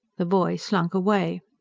the boy slunk away.